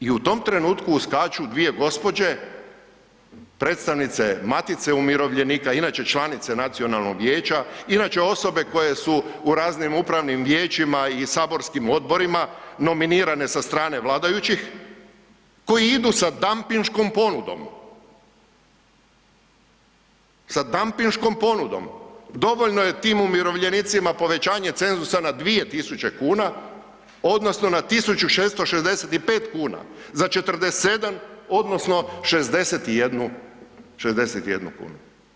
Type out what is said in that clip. I u tom trenutku uskaču dvije gospođe, predstavnice Matice umirovljenika inače članice nacionalnog vijeća, inače osobe koje su u raznim upravnim vijećima i saborskim odborima nominirane sa strane vladajućih koji idu sa dampiškom ponudom, sa dampiškom ponudom, dovoljno je tim umirovljenicima povećanje cenzusa na 2.000 kuna odnosno na 1665 kuna, za 47 odnosno 61 kunu.